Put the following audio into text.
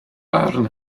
barn